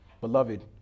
Beloved